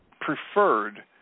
preferred